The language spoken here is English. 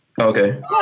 Okay